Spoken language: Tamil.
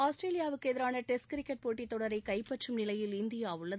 ஆஸ்திரேலியாவுக்கு எதிரான டெஸ்ட் கிரிக்கெட் போட்டித் தொடரை கைப்பற்றும் நிலையில் இந்தியா உள்ளது